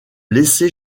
laisser